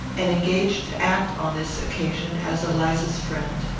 and engaged to act on this occasion as eliza's friend.